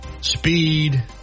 speed